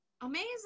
Amazing